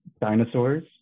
dinosaurs